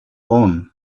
own